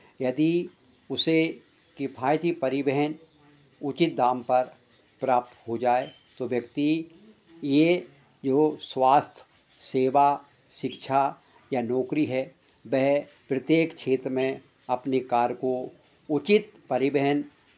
यदि उसे किफायती परिवहन उचित दाम पर प्राप्त हो जाय तो व्यक्ति ये जो स्वास्थ्य सेवा शिक्षा या नौकरी है वह प्रत्येक क्षेत्र में अपने कार्य को उचित परिवहन